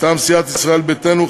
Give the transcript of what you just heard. מטעם סיעת ישראל ביתנו,